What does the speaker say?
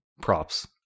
props